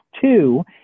two